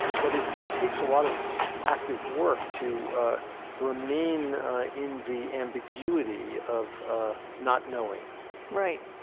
but it it takes a lot of active work to remain in the ambiguity of not knowing right.